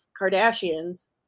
Kardashians